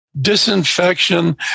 disinfection